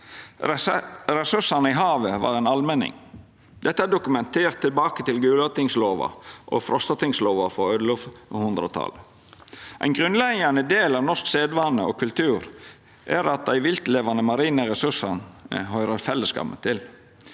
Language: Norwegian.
nr. 3 2024 havet var ein allmenning. Dette er dokumentert tilbake til Gulatingslova og Frostatingslova frå 1100-talet. Ein grunnleggjande del av norsk sedvane og kultur er at dei viltlevande marine ressursane høyrer fellesskapen til.